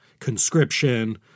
Conscription